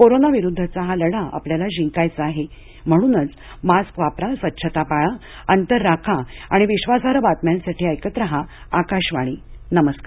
corona विरुद्धचा हा लढा आपल्याला जिंकायचा आहे म्हणूनच मास्क वापरा स्वच्छता पाळा अंतर राखा आणि विश्वासार्ह बातम्यांसाठी ऐकत रहा आकाशवाणी नमस्कार